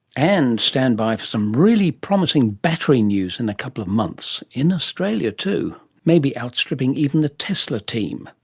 and stand by for some really promising battery news in a couple of months, in australia too, maybe outstripping even the tesla team.